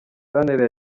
santere